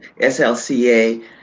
SLCA